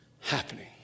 happening